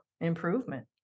improvement